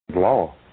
law